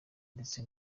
ndetse